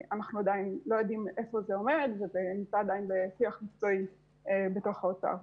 עדיין לא יודעים היכן זה עומד וזה נמצא עדיין בשיח מקצועי בתוך האוצר.